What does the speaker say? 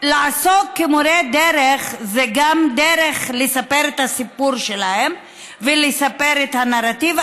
לעסוק כמורי דרך זה גם דרך לספר את הסיפור שלהם ולספר את הנרטיב,